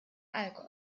allgäu